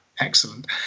Excellent